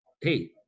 Hey